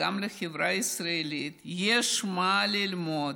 לחברה הישראלית יש מה ללמוד